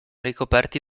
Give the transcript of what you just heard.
ricoperti